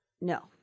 No